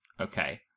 Okay